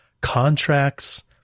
contracts